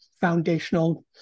foundational